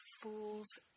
fool's